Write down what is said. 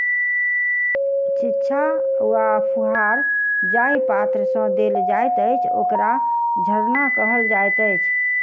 छिच्चा वा फुहार जाहि पात्र सँ देल जाइत अछि, ओकरा झरना कहल जाइत अछि